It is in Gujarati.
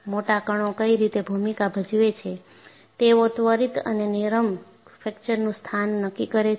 મોટા કણો કઈ રીતે ભૂમિકા ભજવે છે તેઓ ત્વરિત અને નરમ ફ્રેકચરનું સ્થાન નક્કી કરે છે